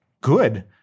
good